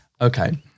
Okay